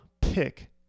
pick